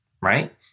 right